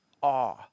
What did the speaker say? awe